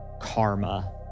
karma